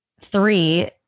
three